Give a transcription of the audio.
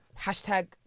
hashtag